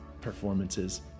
performances